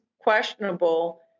questionable